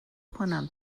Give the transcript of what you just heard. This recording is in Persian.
کنم